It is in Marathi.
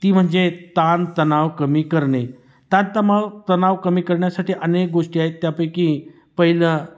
ती म्हणजे ताणतणाव कमी करणे ताणतमाव तणाव कमी करण्यासाठी अनेक गोष्टी आहेत त्यापैकी पहिलं